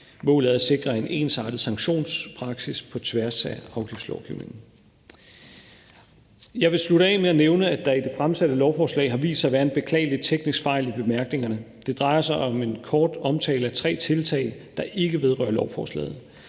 er at sikre en ensartet sanktionspraksis på tværs af afgiftslovgivningen. Jeg vil slutte af med at nævne, at der i det fremsatte lovforslag har vist sig at være en beklagelig teknisk fejl i bemærkningerne. Det drejer sig om en kort omtale af tre tiltag, der ikke vedrører lovforslaget.